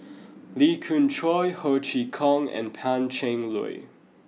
Lee Khoon Choy Ho Chee Kong and Pan Cheng Lui